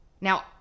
Now